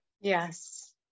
Yes